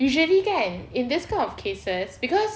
usually kan in this kind of cases cause